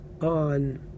on